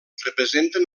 representen